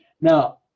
Now